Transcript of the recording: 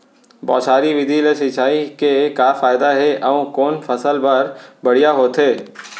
बौछारी विधि ले सिंचाई के का फायदा हे अऊ कोन फसल बर बढ़िया होथे?